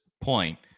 point